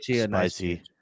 Spicy